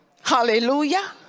hallelujah